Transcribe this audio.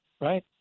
right